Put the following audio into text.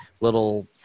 little